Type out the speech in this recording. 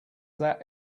that